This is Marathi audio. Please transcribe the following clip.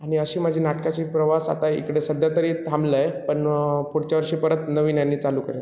आणि अशी माझी नाटकाची प्रवास आता इकडे सध्या तरी थांबला आहे पण पुढच्या वर्षी परत नवीन याने चालू करेन